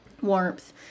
warmth